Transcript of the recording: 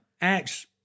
Acts